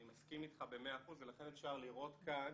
אני מסכים איתך במאה אחוזים ולכן אפשר לראות כאן.